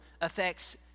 affects